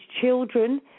children